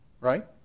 right